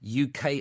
uk